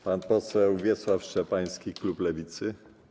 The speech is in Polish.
Pan poseł Wiesław Szczepański, klub Lewicy.